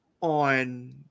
on